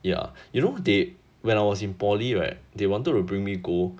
ya you know they when I was in poly right they wanted to bring me go